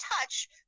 touch